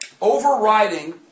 overriding